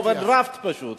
הממשלה היא באוברדרפט פשוט,